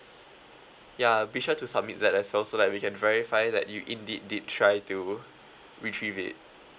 yeah be sure to submit that as well so that we can verify that you indeed did try to retrieve it